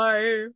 Bye